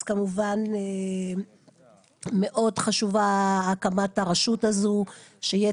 אז כמובן מאוד חשובה הקמת הרשות הזו שיהיה